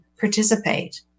participate